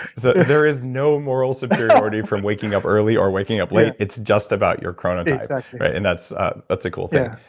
so there is no moral superiority for waking up early or waking up late, it's just about your chronotype exactly right, and that's ah that's a cool thing yeah